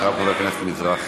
אחריו, חבר הכנסת מזרחי.